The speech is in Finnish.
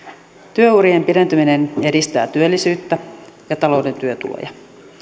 työurien pidentäminen edistää työllisyyttä ja talouden työtuloja